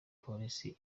polisi